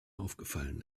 aufgefallen